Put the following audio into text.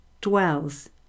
dwells